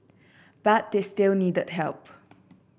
but they still needed help